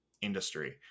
industry